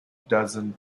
dozen